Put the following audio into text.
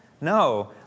No